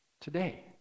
today